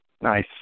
Nice